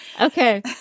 okay